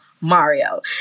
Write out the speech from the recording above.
Mario